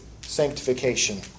sanctification